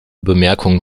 bemerkungen